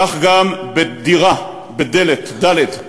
כך גם בדירה, בדלת, דל"ת,